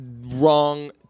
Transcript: wrong